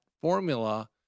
formula